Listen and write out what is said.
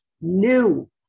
new